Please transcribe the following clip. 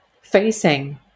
facing